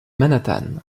manhattan